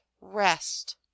rest